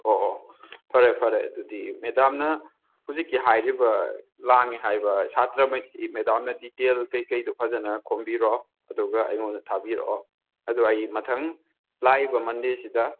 ꯑꯣ ꯑꯣ ꯐꯔꯦ ꯐꯔꯦ ꯑꯗꯨꯗꯤ ꯃꯦꯗꯥꯝꯅ ꯍꯧꯖꯤꯛꯀꯤ ꯍꯥꯏꯔꯤꯕ ꯂꯥꯡꯉꯦ ꯍꯥꯏꯔꯤꯕ ꯁꯥꯇ꯭ꯔꯉꯩꯁꯤ ꯃꯦꯗꯥꯝꯅ ꯗꯤꯇꯦꯜ ꯀꯩꯀꯩꯗꯣ ꯐꯖꯅ ꯈꯣꯝꯕꯤꯔꯣ ꯑꯗꯨꯒ ꯑꯩꯉꯣꯟꯗ ꯊꯥꯕꯤꯔꯛꯑꯣ ꯑꯗꯨꯒ ꯑꯩ ꯃꯊꯪ ꯂꯥꯛꯏꯕ ꯃꯟꯗꯦꯁꯤꯗ